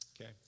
Okay